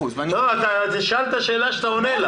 שאלת שאלה שאתה עונה לה,